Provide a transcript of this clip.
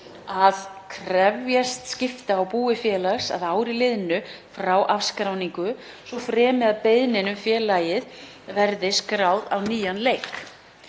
að krefjast skipta á búi félags að ári liðnu frá afskráningu svo fremi að beiðnin um félagið verði skráð á nýjan leik,